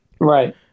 Right